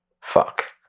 Fuck